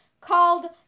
called